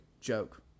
joke